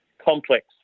complex